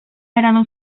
erano